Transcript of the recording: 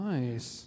Nice